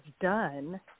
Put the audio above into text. done